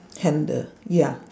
handle ya